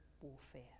warfare